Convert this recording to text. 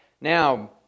Now